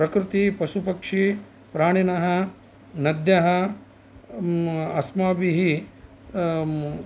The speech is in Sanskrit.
प्रकृतिपशुपक्षीप्राणिनः नद्यः अस्माभिः